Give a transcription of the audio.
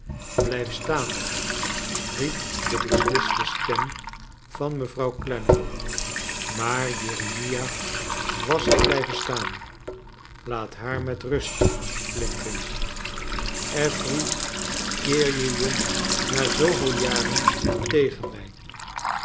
blijf staan riep de besliste stem van mevrouw clennam maar jeremia was al blijven staan laat haar met rust flintwinch affeiy keer je je na zooveel jaren tegen mij